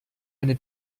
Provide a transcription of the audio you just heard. eine